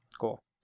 Cool